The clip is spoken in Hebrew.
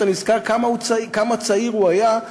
אתה נזכר כמה צעיר הוא היה,